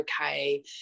okay